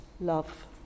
love